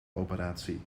operatie